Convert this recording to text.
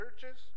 churches